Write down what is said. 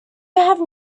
have